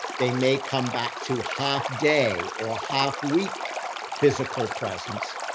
they may come back to half day or half week physical presence,